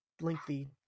lengthy